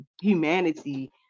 humanity